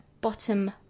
bottom